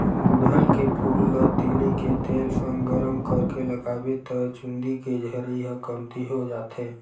गुड़हल के फूल ल तिली के तेल संग गरम करके लगाबे त चूंदी के झरई ह कमती हो जाथे